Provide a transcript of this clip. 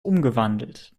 umgewandelt